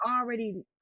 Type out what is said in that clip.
already